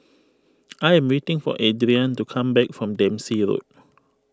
I am waiting for Adriane to come back from Dempsey Road